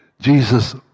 Jesus